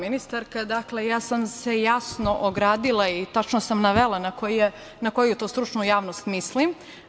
Ministarka, dakle, ja sam se jasno ogradila i tačno sam navela na koju to stručnu javnost mislim.